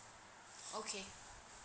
okay